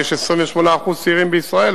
כי יש 28% צעירים בישראל,